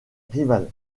rivale